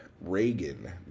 Reagan